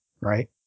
right